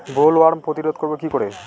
Bollworm প্রতিরোধ করব কি করে?